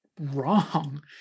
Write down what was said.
wrong